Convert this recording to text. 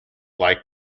like